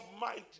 mind